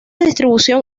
distribución